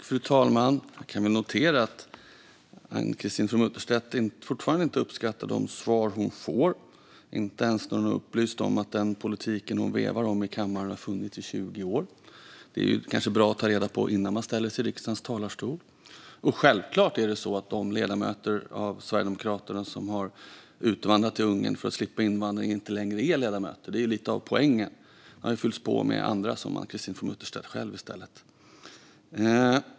Fru talman! Jag kan notera att Ann-Christine From Utterstedt fortfarande inte uppskattar de svar hon får, inte ens när hon blir upplyst om att den politik hon vevar om i kammaren har funnits i 20 år. Det är kanske bra att ta reda på innan man ställer sig i riksdagens talarstol. Självklart är det så att de tidigare ledamöter av Sverigedemokraterna som har utvandrat till Ungern för att slippa invandringen inte längre är ledamöter. Det är lite av poängen. Det har fyllts på med andra i stället, som Ann-Christine From Utterstedt själv.